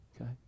Okay